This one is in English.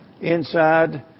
Inside